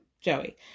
Joey